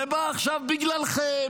זה בא עכשיו בגללכם,